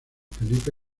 felipe